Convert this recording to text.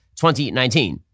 2019